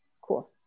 Cool